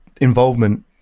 involvement